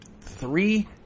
three